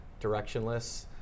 directionless